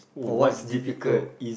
what's difficult